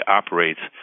operates